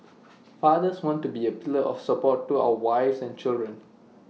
fathers want to be A pillar of support to our wives and children